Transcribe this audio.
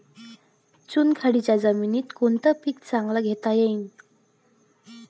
चुनखडीच्या जमीनीत कोनतं पीक चांगलं घेता येईन?